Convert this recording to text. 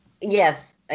Yes